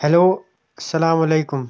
hello اسلام علیکُم